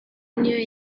niyo